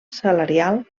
salarial